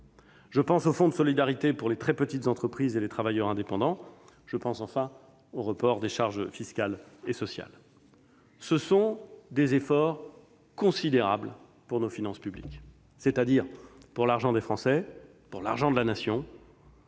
entreprises, au fonds de solidarité pour les très petites entreprises et les travailleurs indépendants et, enfin, au report des charges fiscales et sociales. Il s'agit d'efforts considérables pour nos finances publiques, c'est-à-dire pour l'argent des Français, pour l'argent de la Nation